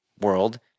world